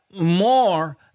more